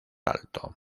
alto